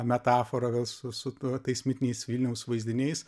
metafora gal su su tuo tais mitiniais vilniaus vaizdiniais